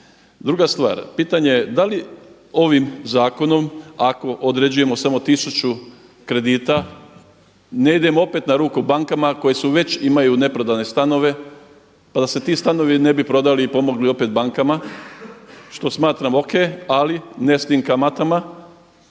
Druga stvar, pitanje je da li ovim zakonom ako određujemo samo 1000 kredita ne idemo opet na ruku bankama koje već imaju neprodane stanove, pa da se ti stanovi ne bi prodali i pomogli opet bankama što smatram o.k. ali ne s tim kamatama